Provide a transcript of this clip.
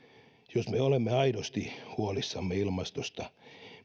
jos me olemme aidosti huolissamme ilmastosta